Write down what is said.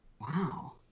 Wow